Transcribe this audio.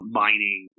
mining